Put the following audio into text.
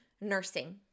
nursing